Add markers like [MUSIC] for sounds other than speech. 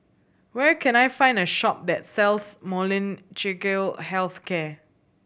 where can I find a shop that sells [UNINTELLIGIBLE] Health Care